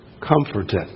comforted